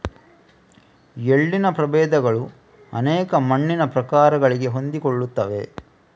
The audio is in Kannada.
ಎಳ್ಳಿನ ಪ್ರಭೇದಗಳು ಅನೇಕ ಮಣ್ಣಿನ ಪ್ರಕಾರಗಳಿಗೆ ಹೊಂದಿಕೊಳ್ಳುತ್ತವೆ